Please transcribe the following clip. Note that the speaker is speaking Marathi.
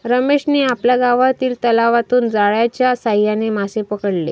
रमेशने आपल्या गावातील तलावातून जाळ्याच्या साहाय्याने मासे पकडले